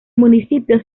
municipio